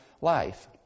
life